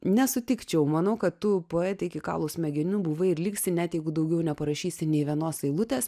nesutikčiau manau kad tu poetė iki kaulų smegenių buvai ir liksi net jeigu daugiau ir neparašysi nė vienos eilutės